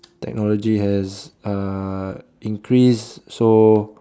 technology has uh increased so